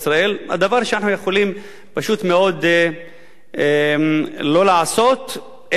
דבר שאנחנו יכולים פשוט מאוד לא לעשות אם אנחנו